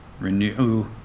Renew